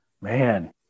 man